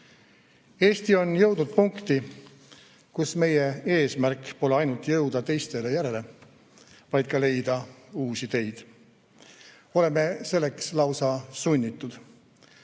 Eesti on jõudnud punkti, kus meie eesmärk pole ainult jõuda teistele järele, vaid ka leida uusi teid. Oleme selleks lausa sunnitud.